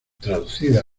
traducida